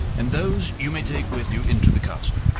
and those you may take with you into the castle.